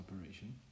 operation